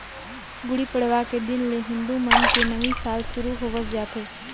गुड़ी पड़वा के दिन ले हिंदू मन के नवी साल सुरू होवस जाथे